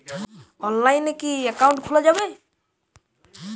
অনলাইনে কি অ্যাকাউন্ট খোলা যাবে?